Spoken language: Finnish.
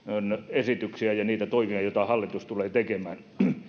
esityksiä ja niitä toimia joita hallitus tulee tekemään